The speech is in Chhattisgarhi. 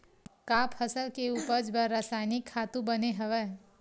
का फसल के उपज बर रासायनिक खातु बने हवय?